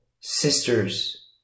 sisters